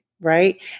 Right